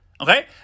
okay